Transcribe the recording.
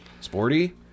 Sporty